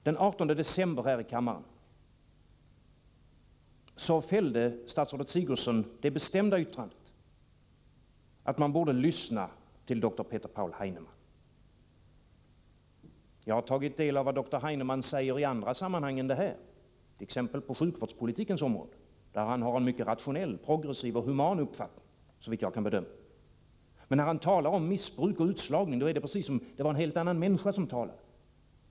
Den 18 december förra året fällde statsrådet Sigurdsen här i kammaren det bestämda yttrandet att man borde lyssna till doktor Peter Paul Heinemann. Jag har tagit del av vad doktor Heinemann sagt i andra sammanhang, t.ex. på I sjukvårdspolitikens område, där han har en mycket rationell, progressiv och human uppfattning — såvitt jag kan bedöma. Men när han talar om missbruk och utslagning är det precis som om det vore en helt annan människa som talade.